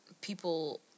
people